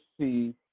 see